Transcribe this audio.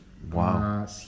Wow